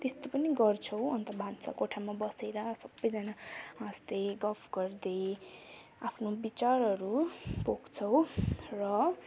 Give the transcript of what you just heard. त्यस्तो पनि गर्छौँ अन्त भान्साकोठामा बसेर सबैजना हाँस्दै गफ गर्दै आफ्नो विचारहरू पोख्छौँ र